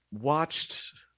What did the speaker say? watched